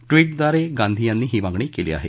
ट्वीटद्वारे गांधी यांनी ही मागणी केली आहे